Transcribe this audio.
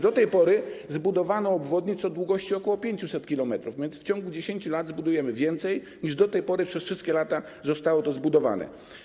Do tej pory zbudowano obwodnice o długości ok. 500 km, więc w ciągu 10 lat zbudujemy więcej, niż do tej pory przez wszystkie lata zostało zbudowanych.